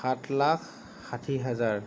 সাত লাখ ষাঠি হাজাৰ